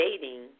dating